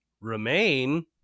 remain